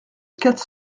quatre